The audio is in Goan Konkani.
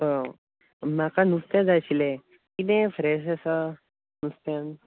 म्हाका नुस्त्या जाय आशिल्लें कितें फ्रेश आसा नुस्त्यांत